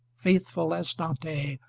faithful as dante,